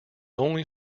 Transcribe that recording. only